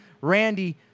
Randy